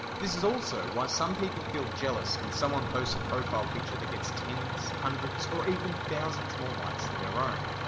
this is also why some people feel jealous when someone posts a profile picture that gets tens, hundreds or even thousands more likes than their own.